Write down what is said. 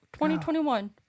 2021